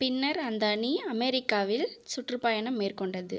பின்னர் அந்த அணி அமெரிக்காவில் சுற்றுப்பயணம் மேற்கொண்டது